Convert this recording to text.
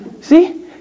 See